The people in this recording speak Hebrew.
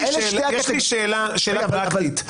יש לי שאלה פרקטית,